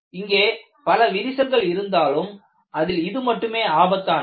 இங்கே பல விரிசல்கள் இருந்தாலும் அதில் இது மட்டுமே ஆபத்தானது